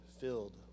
filled